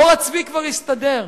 עור הצבי כבר יסתדר.